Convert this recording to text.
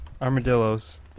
Armadillos